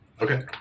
Okay